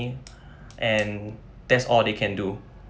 and that's all they can do